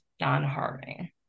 non-harming